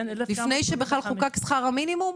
לפני שבכלל חוקק שכר המינימום?